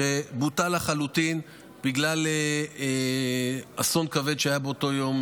שבוטל לחלוטין בגלל אסון כבד שהיה באותו יום,